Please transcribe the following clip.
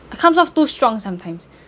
I comes off too strong sometimes